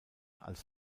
als